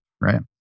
right